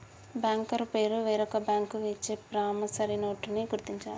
banker పేరు వేరొక bank ఇచ్చే ప్రామిసరీ నోటుని గుర్తించాలి